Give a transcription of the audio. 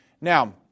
Now